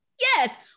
Yes